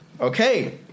Okay